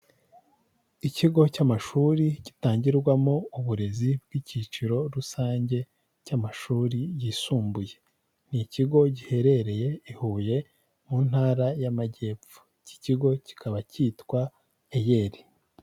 Ikigo cy'amashuri gitangirwamo uburezi bw'icyiciro rusange cy'amashuri yisumbuye, ni ikigo giherereye i Huye mu ntara y'Amajyepfo, iki kigo kikaba cyitwa Eyeri.